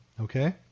okay